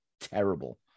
terrible